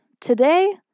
today